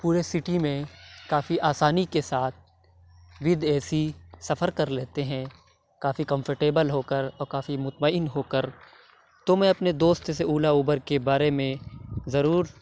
پورے سٹی میں کافی آسانی کے ساتھ ود اے سی سفر کر لیتے ہیں کافی کمفرٹیبل ہو کر اور کافی مطمئن ہو کر تو میں اپنے دوست سے اولا اوبر کے بارے میں ضرور